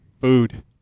Food